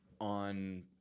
on